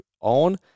on